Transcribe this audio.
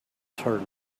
her